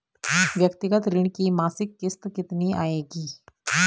व्यक्तिगत ऋण की मासिक किश्त कितनी आएगी?